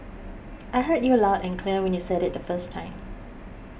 I heard you loud and clear when you said it the first time